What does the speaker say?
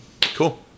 Cool